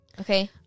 Okay